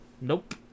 Nope